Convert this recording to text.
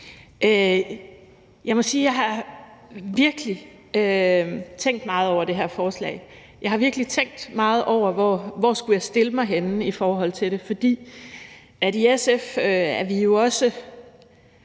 Jeg må sige, at jeg virkelig har tænkt meget over det her forslag. Jeg har virkelig tænkt meget over, hvor jeg skulle stille mig henne i forhold til det, for i SF er vi jo også